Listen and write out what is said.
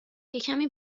یکمی